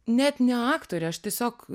net ne aktorė aš tiesiog